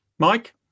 Mike